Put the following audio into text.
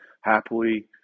happily